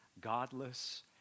godless